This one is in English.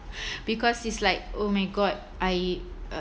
because it's like oh my god I uh